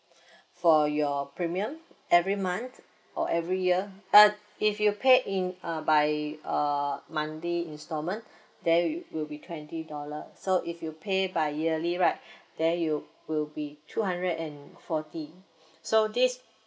for your premium every month or every year uh if you pay in uh by uh monthly instalment then it will be twenty dollar so if you pay by yearly right then it will be two hundred and forty so this